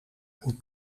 een